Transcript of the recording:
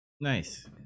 Nice